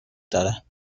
دارد